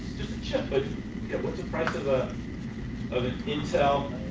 chip, but yeah what's the price of ah of an intel